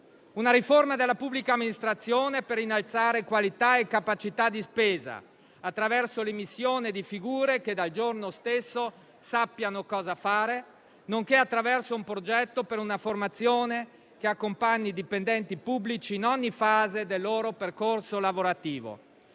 una riforma della pubblica amministrazione per innalzare qualità e capacità di spesa, attraverso l'immissione di figure che, dal giorno stesso, sappiano cosa fare, nonché attraverso un progetto per una formazione che accompagni i dipendenti pubblici in ogni fase del loro percorso lavorativo.